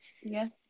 Yes